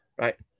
right